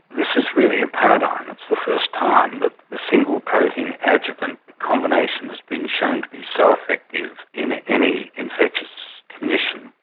this is really a paradigm. it's the first time that the single protein adjuvant combination has been shown to be so effective in any infectious condition,